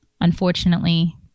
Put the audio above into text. Unfortunately